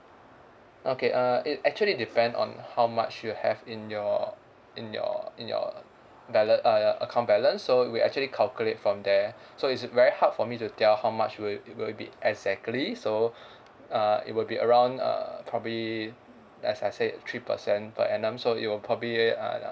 okay uh it actually depend on how much you have in your in your in your bala~ uh account balance so we actually calculate from there so it's very hard for me to tell how much will will it be exactly so uh it will be around err probably uh as I said three percent per annum so it will probably uh